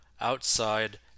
outside